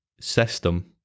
system